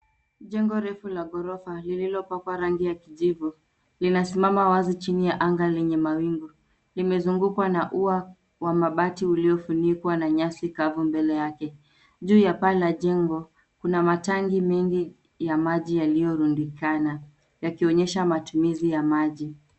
Jengo refu la ghorofa lililopakwa rangi ya kijivu, linasimama wazi chini ya anga lenye mawingi. Limezungukwa na ua wa mabati uliofunikwa na nyasi kavu mbele yake. Juu ya paa la jengo, kuna matangi mengi ya maji yaliyorundikana yakionyesha matumizi ya maji.